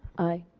aye.